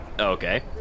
Okay